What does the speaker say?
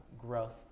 growth